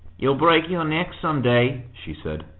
you'll break your neck some day, she said.